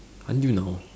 until now